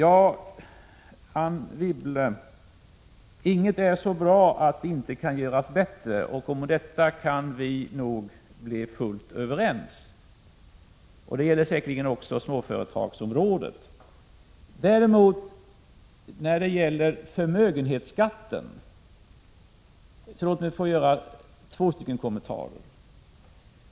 Anne Wibble sade att ingenting är så bra att det inte kan göras bättre. Om detta kan vi nog bli fullt överens. Det gäller då säkerligen också småföretagsområdet. När det däremot gäller förmögenhetsskatten vill jag göra två kommen = Prot. 1986/87:22 tarer.